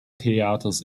theaters